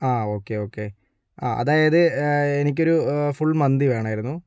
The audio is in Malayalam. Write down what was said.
ആ ഓക്കേ ഓക്കേ അതായത് എനിക്ക് ഒരു ഫുൾ മന്തി വേണമായിരുന്നു